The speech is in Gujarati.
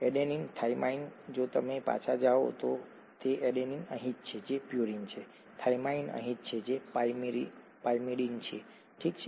એડેનીન થાઇમાઇન જો તમે પાછા જાઓ છો તો એડેનીન અહીં છે જે પ્યુરિન છે થાઇમાઇન અહીં છે જે પાયરિમિડિન છે ઠીક છે